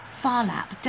Farlap